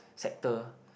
sector